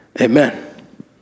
amen